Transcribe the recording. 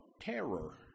terror